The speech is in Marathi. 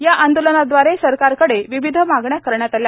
या आंदोलनादवारे सरकारकडे विविध मागण्या करण्यात आल्या